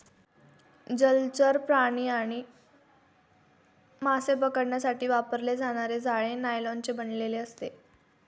जलचर प्राणी आणि मासे पकडण्यासाठी वापरले जाणारे जाळे नायलॉनचे बनलेले असते